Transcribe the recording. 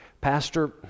Pastor